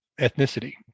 ethnicity